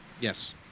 Yes